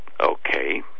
okay